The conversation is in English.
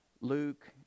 Luke